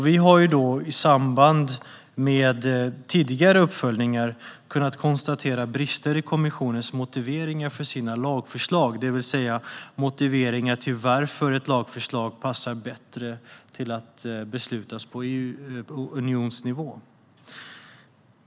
Vi har i samband med tidigare uppföljningar kunnat konstatera brister i kommissionens motiveringar för sina lagförslag, det vill säga varför det passar bättre att besluta om ett lagförslag på unionsnivå.